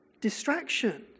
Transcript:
distraction